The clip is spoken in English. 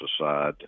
aside